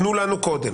תנו לנו קודם,